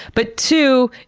but two,